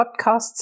Podcasts